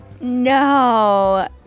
No